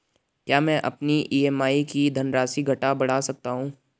क्या मैं अपनी ई.एम.आई की धनराशि घटा बढ़ा सकता हूँ?